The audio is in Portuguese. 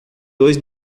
dois